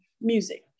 music